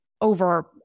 over